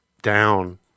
down